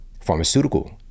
pharmaceutical